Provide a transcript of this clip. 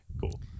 cool